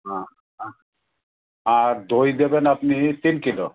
হ্যাঁ হ্যাঁ আর দই দেবেন আপনি তিন কিলো